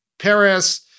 Paris